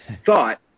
thought